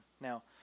Now